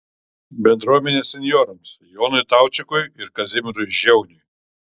bendruomenės senjorams jonui taučikui ir kazimierui žiauniui